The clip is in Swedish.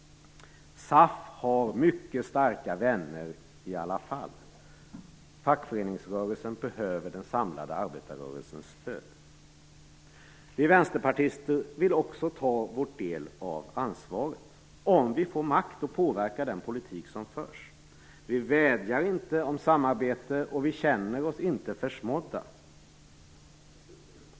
SAF har mycket starka vänner i alla fall. Fackföreningsrörelsen behöver den samlade arbetarrörelsens stöd. Vi vänsterpartister vill också ta vår del av ansvaret - om vi får makt att påverka den politik som förs. Vi vädjar inte om samarbete, och vi känner oss inte försmådda.